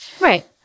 Right